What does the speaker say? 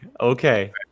Okay